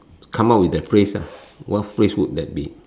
come up with that phrase ah what phrase would that be